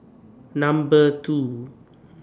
Number two